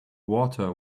water